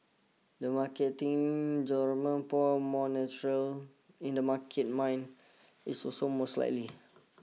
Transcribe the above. the market think Jerome Powell more natural in the market mind is also most likely